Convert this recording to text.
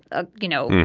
ah you know,